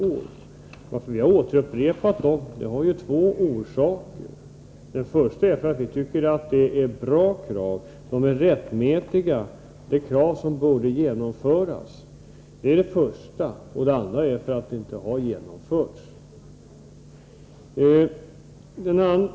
Att vi upprepat kraven har två orsaker. Den första är att vi tycker att det är bra krav; de är rättmätiga och borde tillmötesgås. Den andra orsaken är att kraven inte har tillmötesgåtts.